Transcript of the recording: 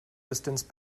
distance